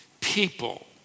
people